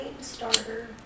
starter